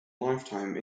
lifetime